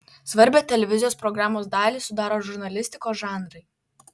svarbią televizijos programos dalį sudaro žurnalistikos žanrai